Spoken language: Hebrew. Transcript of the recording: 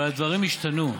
אבל הדברים השתנו.